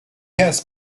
has